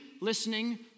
listening